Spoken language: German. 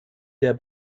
der